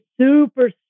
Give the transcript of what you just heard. super